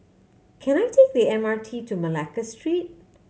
can I take the M R T to Malacca Street